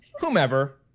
whomever